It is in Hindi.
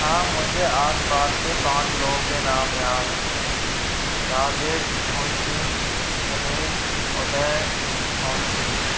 हाँ मुझे आसपास के पाँच लोगों के नाम याद हैं राजेश मोहन सिंह दिनेश उदय सोहन सिंह